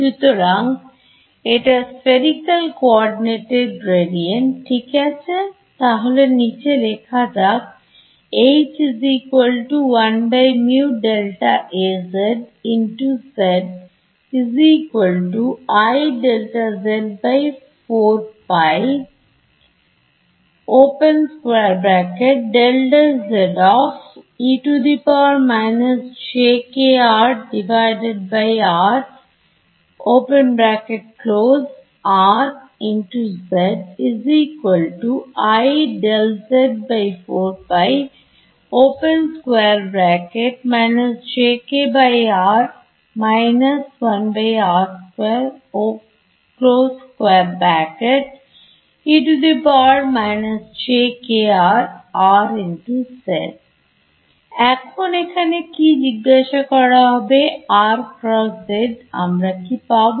সুতরাং এটা Spherical Coordinate এর gradient ঠিক আছে তাহলে এটা নিচে লেখা যাক এখন এখানে কি জিজ্ঞাসা করা হবে আমরা কি পাবো